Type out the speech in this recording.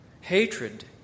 Hatred